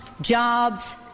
jobs